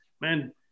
man